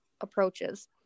approaches